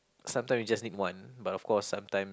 sometimes you just need one but of course sometimes